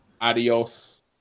Adios